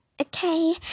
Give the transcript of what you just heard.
Okay